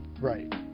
Right